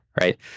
right